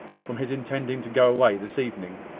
from his intending to go away this evening.